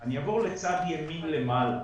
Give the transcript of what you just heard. אני אעבור לצד ימין למעלה.